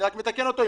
אני רק מתקן אותו.